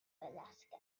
alaska